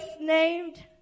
named